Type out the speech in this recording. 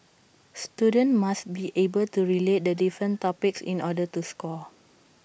students must be able to relate the different topics in order to score